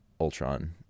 ultron